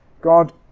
God